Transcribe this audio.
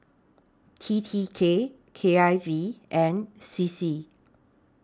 T T K K I V and C C